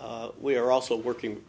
but we are also working